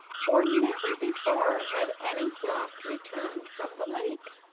for never before had any flock returned from the lake.